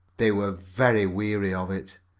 they were very weary of it.